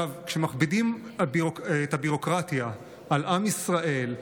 כשמכבידים את הביורוקרטיה על עם ישראל,